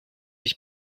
ich